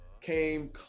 came